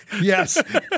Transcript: Yes